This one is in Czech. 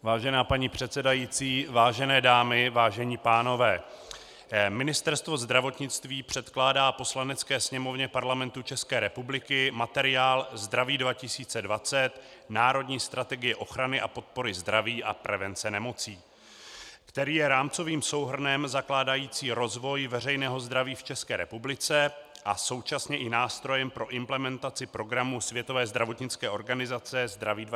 Vážená paní předsedající, vážené dámy, vážení pánové, Ministerstvo zdravotnictví předkládá Poslanecké sněmovně Parlamentu České republiky materiál Zdraví 2020 Národní strategie ochrany a podpory zdraví a prevence nemocí, který je rámcovým souhrnem zakládajícím rozvoj veřejného zdraví v ČR a současně i nástrojem pro implementaci programu Světové zdravotnické organizace Zdraví 2020 v ČR.